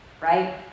right